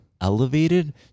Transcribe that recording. elevated